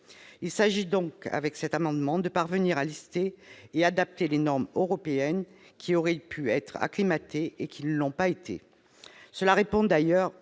Il s'agit donc, avec cet amendement, de parvenir à lister et à adapter les normes européennes qui auraient pu être acclimatées et qui ne l'ont pas été. Cela répond d'ailleurs